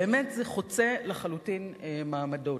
באמת, זה חוצה לחלוטין מעמדות.